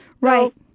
Right